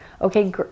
Okay